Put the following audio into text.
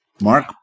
Mark